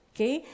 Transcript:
Okay